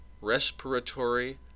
respiratory